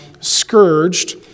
scourged